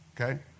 Okay